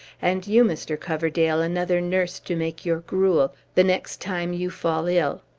and you, mr. coverdale, another nurse to make your gruel, the next time you fall ill.